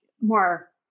more